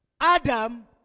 Adam